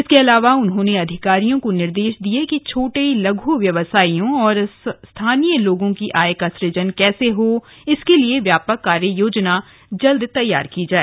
इसके अलावा उन्होंने अधिकारियों को निर्दे श दिये कि छोटे लघु व्यवसायियों और स्थानीय लोगों की आय का सुजन कैसे हो इसके लिए व्यापक कार्य योजना जल्द तैयार की जाए